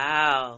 Wow